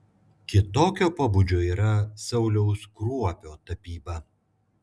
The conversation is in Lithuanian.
kitokio pobūdžio yra sauliaus kruopio tapyba